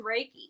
Reiki